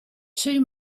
two